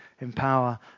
empower